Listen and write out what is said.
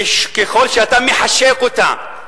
ככל שאתה מחשק אותה,